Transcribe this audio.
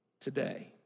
today